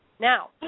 Now